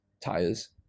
tires